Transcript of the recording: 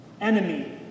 enemy